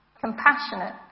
compassionate